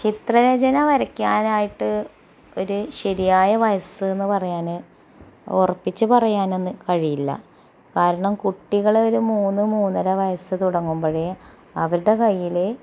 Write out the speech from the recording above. ചിത്രരചന വരക്കാനായിട്ട് ഒര് ശരിയായ വയസ്സ് എന്ന് പറയാന് ഉറപ്പിച്ച് പറയാനൊന്നും കഴിയില്ല കാരണം കുട്ടികളൊര് മൂന്ന് മൂന്നര വയസ്സ് തുടങ്ങുമ്പോഴേ അവരുടെ കയ്യില്